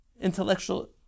intellectual